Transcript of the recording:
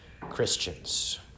Christians